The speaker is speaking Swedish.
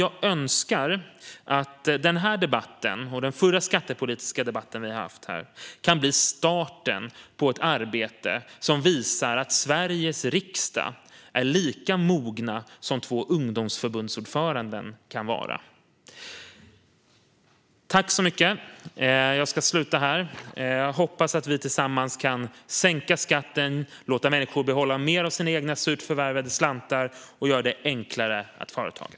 Jag önskar att denna debatt och den förra skattepolitiska debatten som vi hade här kan bli starten på ett arbete som visar att vi i Sveriges riksdag är lika mogna som två ungdomsförbundsordförande kan vara. Jag slutar där. Jag hoppas att vi tillsammans kan sänka skatten, låta människor behålla mer av sin egna surt förvärvade slantar och göra det enklare att företaga.